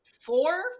four